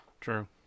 True